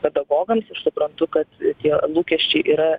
pedagogams ir supratau kad tie lūkesčiai yra